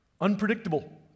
unpredictable